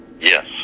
Yes